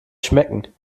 schmecken